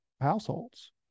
households